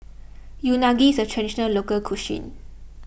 Unagi is a Traditional Local Cuisine